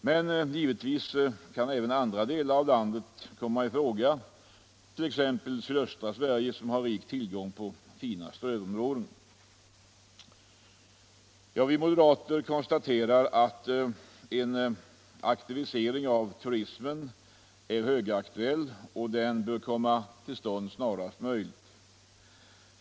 Men givetvis kan andra delar av vårt land också komma i fråga, t.ex. sydöstra Sverige, som har rik tillgång på fina strövområden. Vi moderater konstaterar att en aktiviering av turismen är högaktuell och att en sådan aktivering bör komma till stånd snarast möjligt.